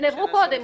שנעברו קודם.